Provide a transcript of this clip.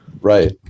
Right